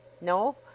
No